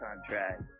contract